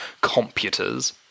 computers